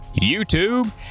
YouTube